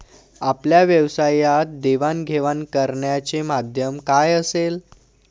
आपल्या व्यवसायात देवाणघेवाण करण्याचे माध्यम काय असेल?